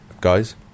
guys